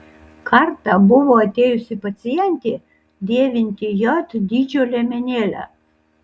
kartą buvo atėjusi pacientė dėvinti j dydžio liemenėlę